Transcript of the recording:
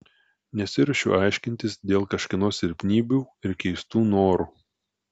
nesiruošiu aiškintis dėl kažkieno silpnybių ir keistų norų